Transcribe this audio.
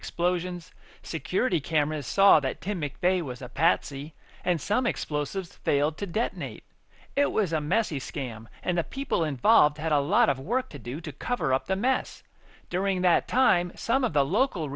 explosions security cameras saw that tim mcveigh was a patsy and some explosives failed to detonate it was a messy scam and the people involved had a lot of work to do to cover up the mess during that time some of the local